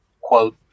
quote